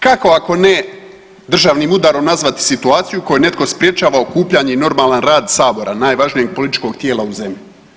Kako ako ne državnim udarom nazvati situaciju u kojoj netko sprječava okupljanje i normalna rad sabora, najvažnijeg političkog tijela u zemlji.